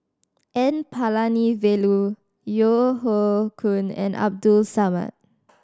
N Palanivelu Yeo Hoe Koon and Abdul Samad